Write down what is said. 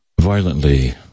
violently